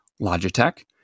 Logitech